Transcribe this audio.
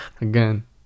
again